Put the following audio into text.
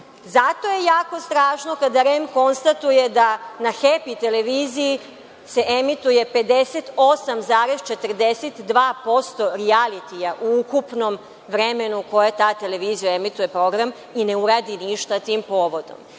Zato je jako strašno kada REM konstatuje da na „Hepi“ televiziji se emituje 58,42% rijalitija u ukupnom vremenu u kojem ta televizija emituje program i ne uradi ništa tim povodom. Zato